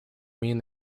mean